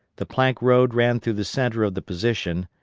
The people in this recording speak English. the plank road ran through the centre of the position,